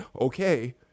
okay